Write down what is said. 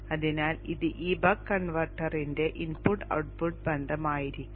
അതിനാൽ ഇത് ഈ ബക്ക് കൺവെർട്ടറിന്റെ ഇൻപുട്ട് ഔട്ട്പുട്ട് ബന്ധമായിരിക്കും